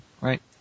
right